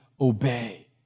obey